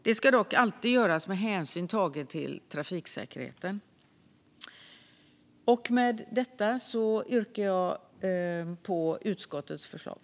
Det ska dock alltid göras med hänsyn tagen till trafiksäkerheten. Med detta yrkar jag bifall till utskottets förslag.